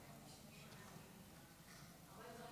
כבוד יו"ר